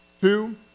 Two